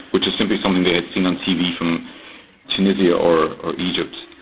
which is simply something they had seen on tv from tunisia or or egypt.